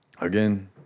again